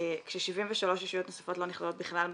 כש-73 ישויות נוספות לא נכללות בכלל בדיווח.